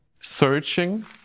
searching